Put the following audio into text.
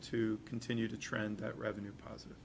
to continue to trend that revenue positive